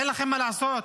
אין לכם מה לעשות?